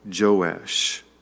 Joash